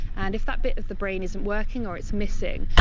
and if that bit of the brain isn't working, or it's missing,